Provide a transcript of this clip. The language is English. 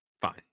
Fine